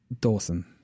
Dawson